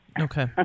Okay